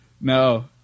No